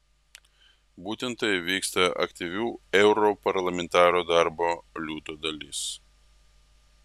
būtent taip vyksta aktyvių europarlamentarų darbo liūto dalis